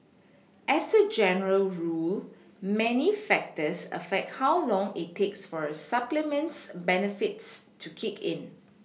as a general rule many factors affect how long it takes for a supplement's benefits to kick in